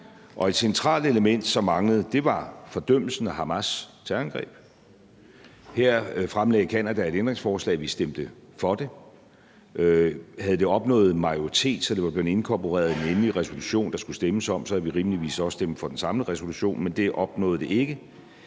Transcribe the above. Og et centralt element, der manglede, var fordømmelsen af Hamas' terrorangreb. Her stillede Canada et ændringsforslag, og vi stemte for det. Havde det opnået en majoritet, sådan at det var blevet inkorporeret i den endelige resolution, der skulle stemmes om, så havde vi rimeligvis også stemt for den samme resolution, men det opnåede det ikke.